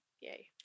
Yay